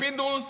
פינדרוס,